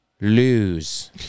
lose